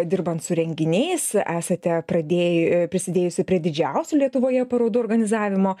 dirbant su renginiais esate pradėj e prisidėjusi prie didžiausių lietuvoje parodų organizavimo